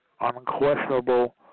unquestionable